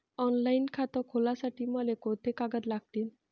Online खातं खोलासाठी मले कोंते कागद लागतील?